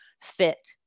fit